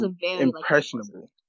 impressionable